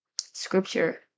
scripture